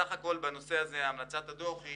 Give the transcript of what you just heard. בסך הכול המלצתנו היא